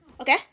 Okay